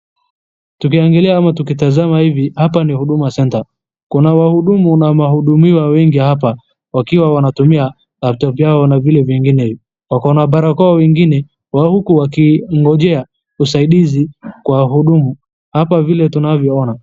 Tukiangalia ama tukitazama hivi hapa ni huduma center. Kuna wahudumu na wahudumiwa wengi hapa wakiwa wanatumia laptop yao na vile vingine. Wako na barakoa wengine huku wakiongojea usaidizi kwa wahudumu hapa vile tunavyoona.